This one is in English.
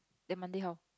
then Monday how